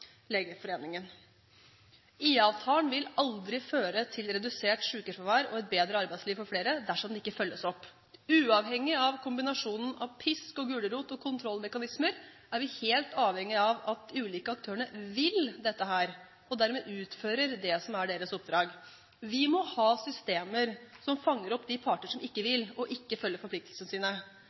vil aldri føre til redusert sykefravær og et bedre arbeidsliv for flere dersom den ikke følges opp. Uavhengig av kombinasjonen av pisk, gulrot og kontrollmekanismer er vi helt avhengig av at de ulike aktørene vil dette og dermed utfører det som er deres oppdrag. Vi må ha systemer som fanger opp de parter som ikke vil og ikke følger forpliktelsene sine.